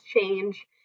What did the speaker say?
change